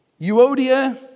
Euodia